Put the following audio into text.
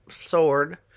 sword